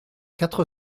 quatre